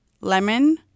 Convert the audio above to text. lemon